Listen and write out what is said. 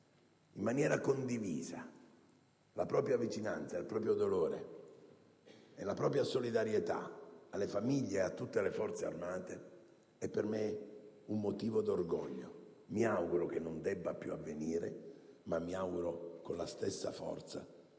forte e condivisa, la propria vicinanza, il proprio dolore e la propria solidarietà alle famiglie e a tutte le Forze armate, è per me motivo di orgoglio. Mi auguro non debbano più avvenire tali fatti, e con la stessa forza